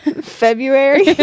February